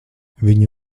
viņi